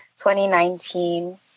2019